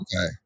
Okay